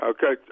Okay